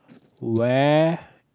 where